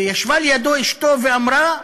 וישבה לידו אשתו ואמרה: